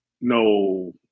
no